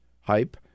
hype